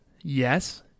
Yes